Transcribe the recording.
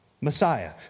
Messiah